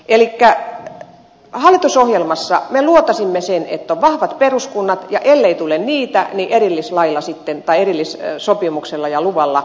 elikkä hallitusohjelmassa me luotasimme sen että on vahvat peruskunnat ja ellei tule niitä niin erillissopimuksella ja luvalla sote alueet